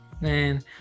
Man